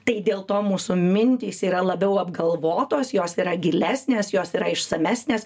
tai dėl to mūsų mintys yra labiau apgalvotos jos yra gilesnės jos yra išsamesnės